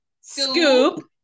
Scoop